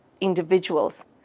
individuals